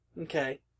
Okay